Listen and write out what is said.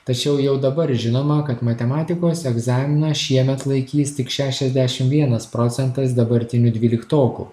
tačiau jau dabar žinoma kad matematikos egzaminą šiemet laikys tik šešiasdešim vienas procentas dabartinių dvyliktokų